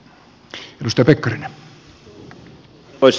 arvoisa puhemies